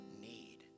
need